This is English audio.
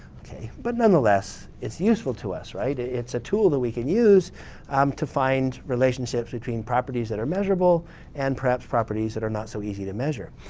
okay. but, nonetheless, it's useful to us, right? it's a tool that we can use um to find relationships between properties that are measurable and perhaps properties that are not so easy to measure.